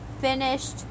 finished